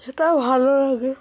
সেটাও ভালো লাগে